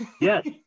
Yes